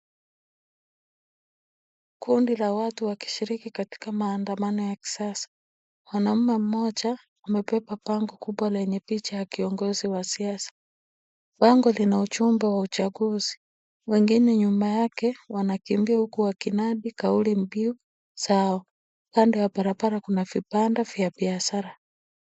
Kundi la watu wakishiriki katika maandamano ya kisasa. Mwanamume mmoja amebeba bango kubwa lenye picha ya kiongozi wa siasa. Bango lina jumbe wa uchaguzi. Wengine nyuma yake wanakimbia huku wakinadi kauli mbiu zao. Kando ya barabara kuna vibanda vya biashara.